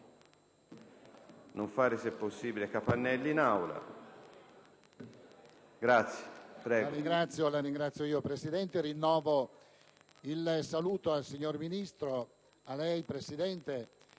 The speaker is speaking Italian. non fare, se possibile, capannelli in Aula. SANTINI